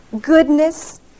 goodness